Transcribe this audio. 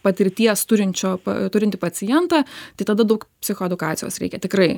patirties turinčio turintį pacientą tai tada daug psichoedukacijos reikia tikrai